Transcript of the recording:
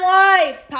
life